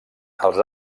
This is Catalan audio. als